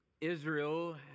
Israel